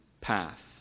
path